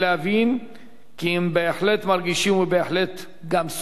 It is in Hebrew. כי הם בהחלט מרגישים ובהחלט גם סובלים.